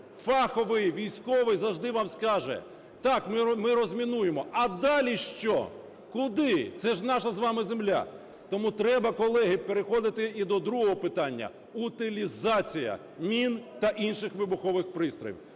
Фаховий військовий завжди вам скаже: так, ми розмінуємо. А далі що? Куди? Це ж наша з вами земля. Тому треба, колеги, переходити і до другого питання – утилізація мін та інших вибухових пристроїв.